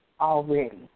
already